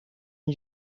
een